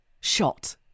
shot